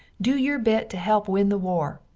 do your bit to help win the war,